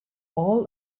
all